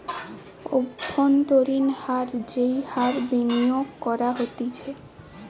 অব্ভন্তরীন হার যেই হার বিনিয়োগ করা হতিছে